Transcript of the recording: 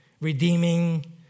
redeeming